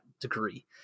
degree